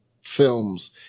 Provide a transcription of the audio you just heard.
films